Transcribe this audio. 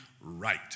right